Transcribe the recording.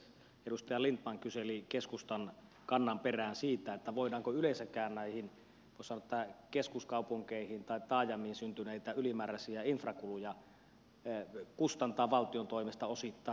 edustaja lindtman kyseli keskustan kannan perään siitä voidaanko yleensäkään näihin keskuskaupunkeihin tai taajamiin syntyneitä ylimääräisiä infrakuluja kustantaa valtion toimesta osittain